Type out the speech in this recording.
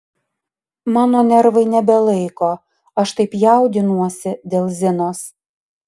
mano nervai nebelaiko aš taip jaudinuosi dėl zinos